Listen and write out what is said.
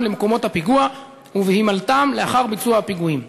למקומות הפיגוע ובהימלטם לאחר ביצוע הפיגועים.